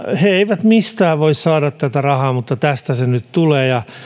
he eivät mistään voi saada tätä rahaa mutta tästä se nyt tulee ja